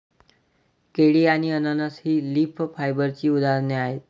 केळी आणि अननस ही लीफ फायबरची उदाहरणे आहेत